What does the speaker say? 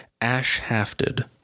Ash-hafted